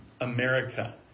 America